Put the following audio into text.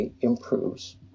improves